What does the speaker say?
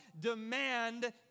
demand